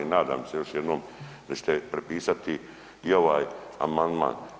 Nadam se još jednom da ćete prepisati i ovaj amandman.